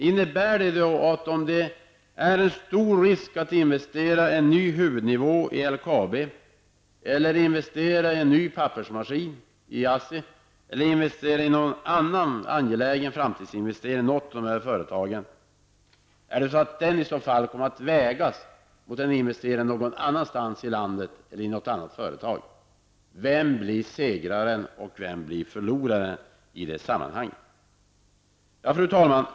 Innebär det att risken med att investera i en ny huvudnivå i LKAB, eller att investera i en ny pappersmaskin i ASSI, eller att göra någon annan angelägen framtidsinvestering i något av dessa företag kommer att vägas mot risken att investera någon annanstans i landet i något företag? Vem blir segraren och vem blir förloraren i det sammanhanget? Fru talman!